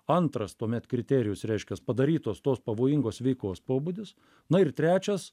antras tuomet kriterijus reiškias padarytos tos pavojingos veikos pobūdis na ir trečias